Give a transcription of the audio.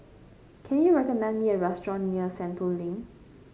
can you recommend me a restaurant near Sentul Link